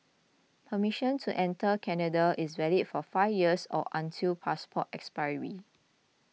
permission to enter Canada is valid for five years or until passport expiry